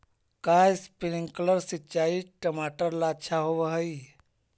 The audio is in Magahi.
का स्प्रिंकलर सिंचाई टमाटर ला अच्छा होव हई?